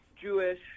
Jewish